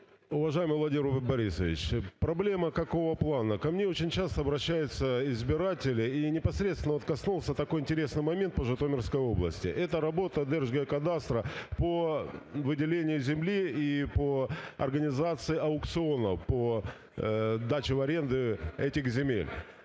Уважаемый Владимир Борисович! Проблема какого плана? Ко мне очень часто обращаются избиратели, и непосредственно коснулся, такой интересный момент по Житомирской области, это работа Держгеокадастру по выделению земли и по организации аукционов по даче в аренду этих земель.